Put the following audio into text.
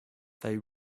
they